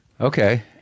Okay